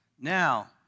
Now